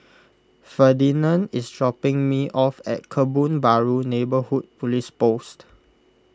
Ferdinand is dropping me off at Kebun Baru Neighbourhood Police Post